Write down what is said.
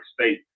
state